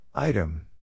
Item